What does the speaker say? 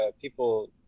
people